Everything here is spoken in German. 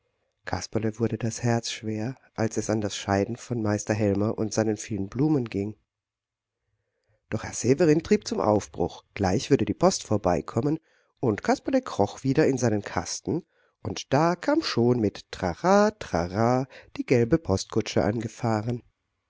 kasperle wurde das herz schwer als es an das scheiden von meister helmer und seinen vielen blumen ging doch herr severin trieb zum aufbruch gleich würde die post vorbeikommen und kasperle kroch wieder in seinen kasten und da kam schon mit traratrara die gelbe postkutsche angefahren